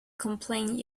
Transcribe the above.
complain